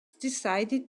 decided